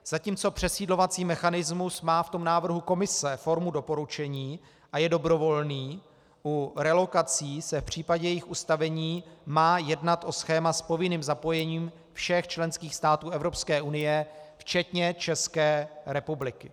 Zatímco přesídlovací mechanismus má v návrhu Komise formu doporučení a je dobrovolný, u relokací se v případě jejich ustavení má jednat o schéma s povinným zapojením všech členských států Evropské unie, včetně České republiky.